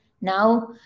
now